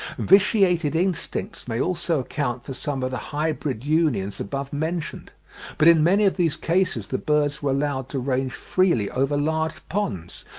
vitiated instincts may also account for some of the hybrid unions above mentioned but in many of these cases the birds were allowed to range freely over large ponds,